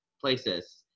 places